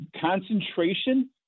concentration